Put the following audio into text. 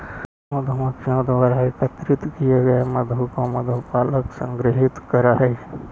मधुमक्खियों द्वारा एकत्रित किए गए मधु को मधु पालक संग्रहित करअ हई